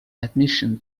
admission